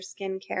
skincare